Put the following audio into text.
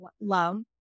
love